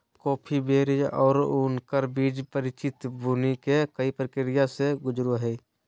coffee berries और उनकर बीज परिचित भुनी हुई कई प्रक्रिया से गुजरो हइ